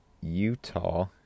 Utah